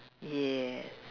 yeah